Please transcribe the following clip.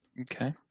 Okay